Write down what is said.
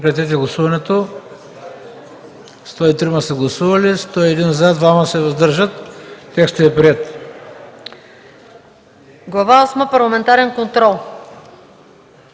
часа – парламентарен контрол.